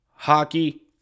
Hockey